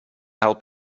help